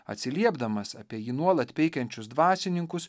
atsiliepdamas apie jį nuolat peikiančius dvasininkus